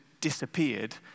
disappeared